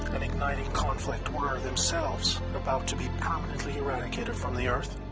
and igniting conflict were themselves about to be permanently eradicated from the earth?